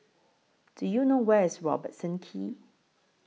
Do YOU know Where IS Robertson Quay